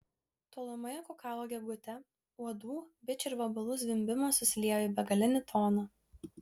tolumoje kukavo gegutė uodų bičių ir vabalų zvimbimas susiliejo į begalinį toną